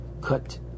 cut